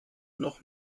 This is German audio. noch